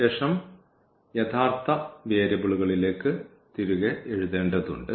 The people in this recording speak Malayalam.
ശേഷം യഥാർത്ഥ വേരിയബിളുകളിലേക്ക് തിരികെ എഴുതേണ്ടത് ഉണ്ട്